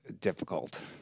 difficult